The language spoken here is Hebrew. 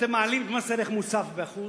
אתם מעלים את מס ערך מוסף ב-1%,